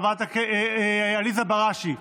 עליזה בראשי,